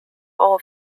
all